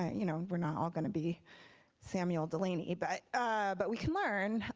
you know we're not all going to be samuel delaney, but but we can learn.